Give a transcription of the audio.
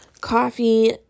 Coffee